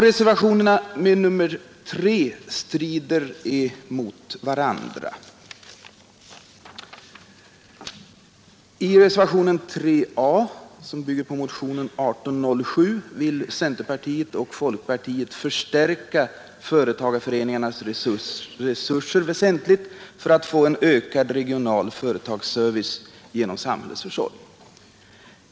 Reservationerna 3 a och 3 b strider mot varandra. I reservationen 3 a, som bygger på motionen 1807, vill centerpartiet och folkpartiet förstärka företagarföreningarnas resurser väsentligt för att få en ökad regional företagsservice genom samhällets försorg.